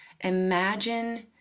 Imagine